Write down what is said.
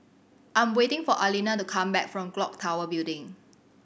I'm waiting for Alina to come back from Clock Tower Building